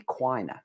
equina